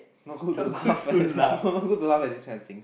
not good to laugh it's no good to laugh at this kind of thing